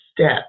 step